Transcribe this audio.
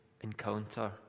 encounter